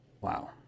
Wow